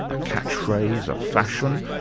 a catchphrase, a fashion,